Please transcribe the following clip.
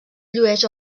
llueix